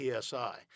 PSI